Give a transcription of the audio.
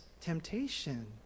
temptation